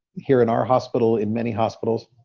here in our hospital, in many hospitals,